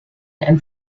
and